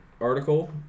article